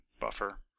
buffer